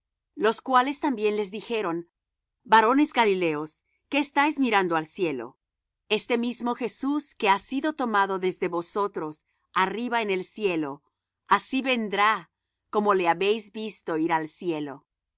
los cuales también les dijeron varones galileos qué estáis mirando al cielo este mismo jesús que ha sido tomado desde vosotros arriba en el cielo así vendrá como le habéis visto ir al cielo